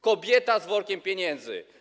Kobieta z workiem pieniędzy.